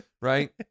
Right